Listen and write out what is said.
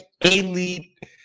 elite